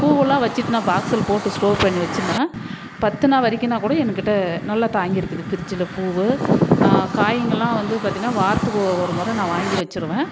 பூவெல்லாம் வச்சுக்கிட்டு நான் பாக்ஸில் போட்டு ஸ்டோர் பண்ணி வச்சேன்னா பத்துநாள் வரைக்கும்னா கூட என் கிட்ட நல்லா தாங்கி இருக்குது ப்ரிட்ஜில் பூ காய்ங்கெல்லாம் வந்து பார்த்திங்கனா வாரத்துக்கு ஒரு முறை நான் வாங்கி வச்சிருவேன்